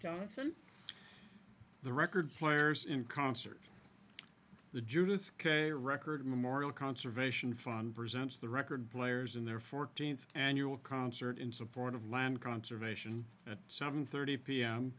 jonathan the record players in concert with the judas kay record memorial conservation fund presents the record players in their fourteenth annual concert in support of land conservation at seven thirty pm